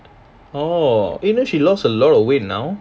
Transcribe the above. orh now she lost a lot of weight now